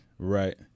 Right